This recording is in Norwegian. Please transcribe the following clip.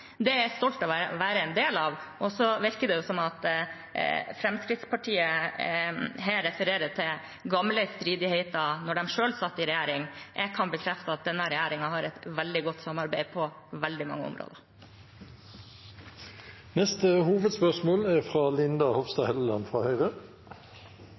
Det er jeg stolt av å være en del av. Det virker som om Fremskrittspartiet her refererer til gamle stridigheter da de selv satt i regjering. Jeg kan bekrefte at denne regjeringen har et veldig godt samarbeid på veldig mange områder. Vi går til neste hovedspørsmål.